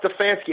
Stefanski